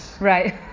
Right